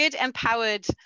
empowered